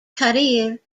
career